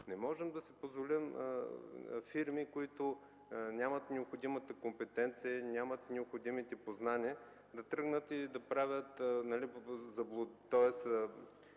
Не можем да си позволим фирми, които нямат необходимата компетенция, нямат необходимите познания, да тръгнат да правят –